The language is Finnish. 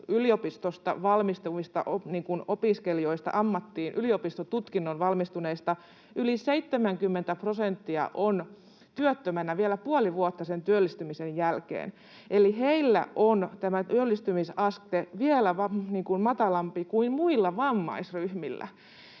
yliopistosta valmistuvista opiskelijoista, yliopistotutkinnon suorittaneista, yli 70 prosenttia on työttömänä vielä puoli vuotta valmistumisen jälkeen, eli heillä tämä työllistymisaste on vielä matalampi kuin muilla vammaisryhmillä.